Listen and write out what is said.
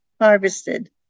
harvested